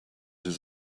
his